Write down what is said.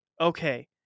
okay